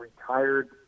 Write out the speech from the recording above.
retired